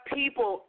people